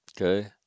okay